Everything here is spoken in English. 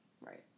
Right